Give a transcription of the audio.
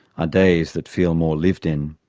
are days that feel more lived in,